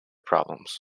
problems